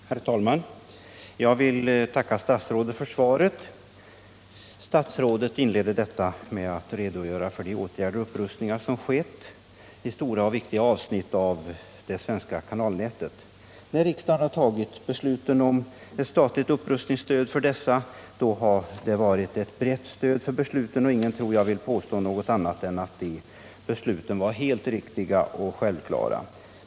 Herr talman! Jag vill tacka statsrådet för svaret. Statsrådet inleder med att redogöra för de upprustningar som skett på stora och viktiga avsnitt av det svenska kanalnätet. När riksdagen fattade besluten om statligt upprustningsstöd för dessa leder fanns det ett brett stöd för besluten, och ingen vill nog påstå något annat än att besluten var helt riktiga och självklara.